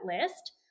list